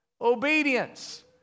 Obedience